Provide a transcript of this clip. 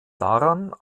daran